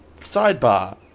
sidebar